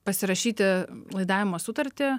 pasirašyti laidavimo sutartį